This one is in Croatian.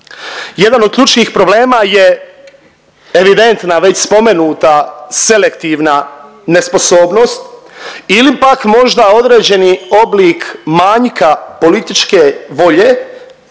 Jedan od ključnih problema je evidentna, već spomenuta selektivna nesposobnost ili pak možda određeni oblik manjka političke volje